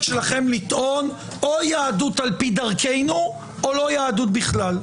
שלכם לטעון: "או יהדות על פי דרכנו או לא יהדות בכלל".